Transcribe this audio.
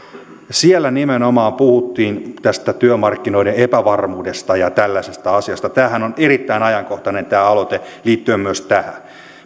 siellä nimenomaan puhuttiin tästä työmarkkinoiden epävarmuudesta ja tällaisesta asiasta tämä aloitehan on erittäin ajankohtainen liittyen myös tähän